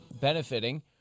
benefiting